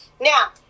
Now